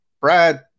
Brad